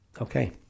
Okay